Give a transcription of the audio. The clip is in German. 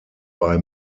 bei